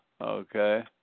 Okay